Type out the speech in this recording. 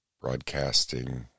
Broadcasting